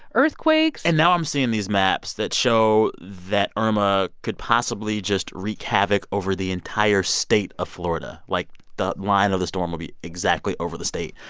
earthquakes. and now i'm seeing these maps that show that irma could possibly just wreak havoc over the entire state of florida, like the line of the storm would be exactly over the state.